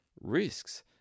risks